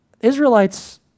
Israelites